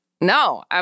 No